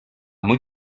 muy